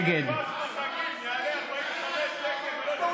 נגד יהיה חוסר בביצים עוד חודשיים,